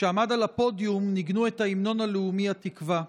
כשעמד על הפודיום ניגנו את ההמנון הלאומי התקווה.